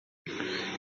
ele